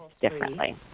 differently